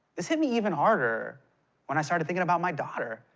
this hit me even harder when i started thinking about my daughter.